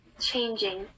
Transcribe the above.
changing